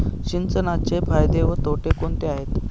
सिंचनाचे फायदे व तोटे कोणते आहेत?